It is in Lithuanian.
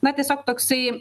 na tiesiog toksai